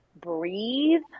breathe